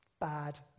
Bad